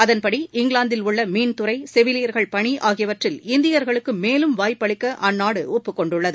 அதன்படி இங்கிலாந்தில் உள்ள மீன் துறை செவிலியர்கள் பணி ஆகியவற்றில் இந்தியர்களுக்கு மேலும் வாய்ப்பளிக்க அந்நாடு ஒப்புக் கொண்டுள்ளது